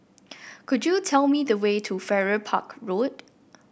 could you tell me the way to Farrer Park Road